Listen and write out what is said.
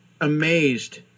amazed